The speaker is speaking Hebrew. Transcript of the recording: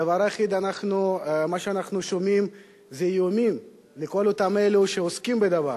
הדבר היחיד שאנחנו שומעים זה איומים על כל אותם אלו שעוסקים בדבר.